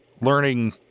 Learning